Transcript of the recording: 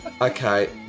okay